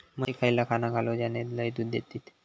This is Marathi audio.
म्हशीक खयला खाणा घालू ज्याना लय दूध देतीत?